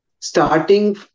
Starting